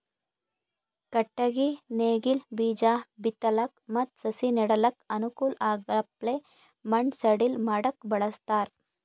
ಕಟ್ಟಗಿ ನೇಗಿಲ್ ಬೀಜಾ ಬಿತ್ತಲಕ್ ಮತ್ತ್ ಸಸಿ ನೆಡಲಕ್ಕ್ ಅನುಕೂಲ್ ಆಗಪ್ಲೆ ಮಣ್ಣ್ ಸಡಿಲ್ ಮಾಡಕ್ಕ್ ಬಳಸ್ತಾರ್